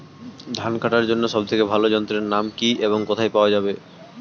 ধান কাটার জন্য সব থেকে ভালো যন্ত্রের নাম কি এবং কোথায় পাওয়া যাবে?